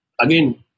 again